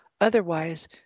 Otherwise